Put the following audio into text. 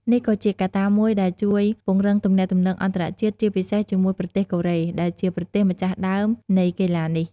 នេះក៏ជាកត្តាមួយដែលជួយពង្រឹងទំនាក់ទំនងអន្តរជាតិ ជាពិសេសជាមួយប្រទេសកូរ៉េ ដែលជាប្រទេសម្ចាស់ដើមនៃកីឡានេះ។